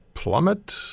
Plummet